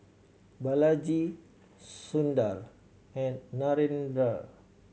Balaji Sundar and Narendra